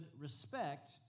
respect